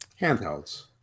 handhelds